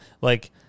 Like-